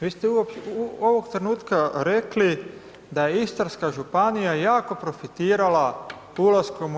Vi ste ovog trenutka rekli da je Istarska županija jako profitirala ulaskom u EU.